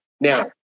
Now